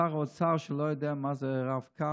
שר אוצר שלא יודע מה זה רב-קו,